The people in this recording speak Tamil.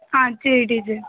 ஆ சரி டீச்சர்